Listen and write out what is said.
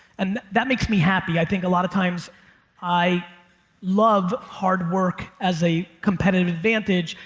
and that makes me happy. i think a lot of times i love hard work as a competitive advantage,